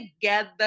together